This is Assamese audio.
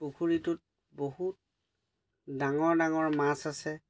পুখুৰীটোত বহুত ডাঙৰ ডাঙৰ মাছ আছে